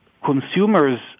consumers